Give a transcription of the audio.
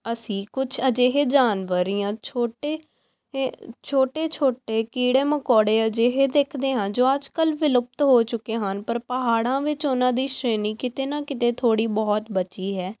ਅਸੀਂ ਕੁਝ ਅਜਿਹੇ ਜਾਨਵਰ ਜਾਂ ਛੋਟੇ ਛੋਟੇ ਛੋਟੇ ਕੀੜੇ ਮਕੌੜੇ ਅਜਿਹੇ ਦੇਖਦੇ ਹਾਂ ਜੋ ਅੱਜ ਕੱਲ੍ਹ ਵਿਲੁਪਤ ਹੋ ਚੁੱਕੇ ਹਨ ਪਰ ਪਹਾੜਾਂ ਵਿੱਚ ਉਹਨਾਂ ਦੀ ਸ਼੍ਰੇਣੀ ਕਿਤੇ ਨਾ ਕਿਤੇ ਥੋੜ੍ਹੀ ਬਹੁਤ ਬਚੀ ਹੈ